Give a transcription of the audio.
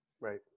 Right